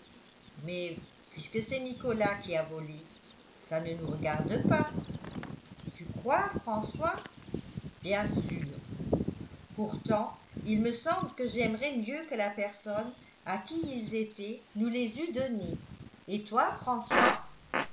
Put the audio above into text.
mais puisque c'est nicolas qui a volé ça ne nous regarde pas tu crois françois bien sûr pourtant il me semble que j'aimerais mieux que la personne à qui ils étaient nous les eût donnés et toi françois